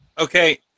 Okay